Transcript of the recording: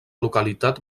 localitat